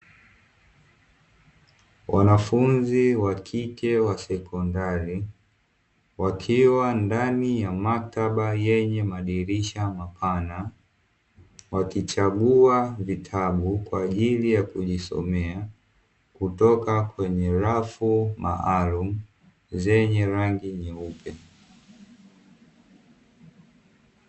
Wanafunzi wa kike wa sekondari, wakiwa ndani ya maktaba yenye madirisha mapana, wakichagua vitabu kwa ajili ya kujisomea kutoka kwenye rafu maalumu zenye rangi nyeupe.